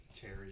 cherry